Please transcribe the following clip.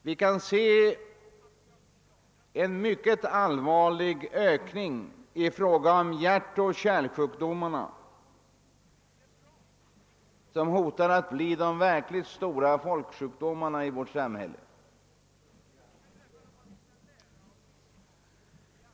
Det förekommer en mycket allvarlig ökning av hjärtoch kärlsjukdomarna, vilka hotar att bli de verkligt stora folksjukdomarna i vårt samhälle.